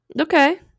Okay